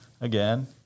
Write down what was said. Again